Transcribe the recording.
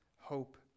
hope